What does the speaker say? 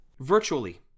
Virtually